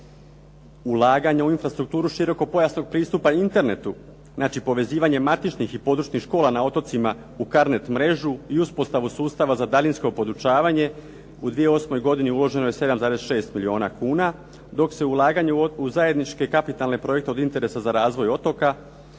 Ulaganje u infrastrukturu širokopojasnog pristupa Internetu, znači povezivanje matičnih i područnih škola na otocima u CARNET mrežu i uspostavu sustava za daljinsko podučavanje u 2008. godini uloženo je 7,6 milijuna kuna, dok se ulaganje u zajedničke kapitalne projekte od interesa za razvoj otoka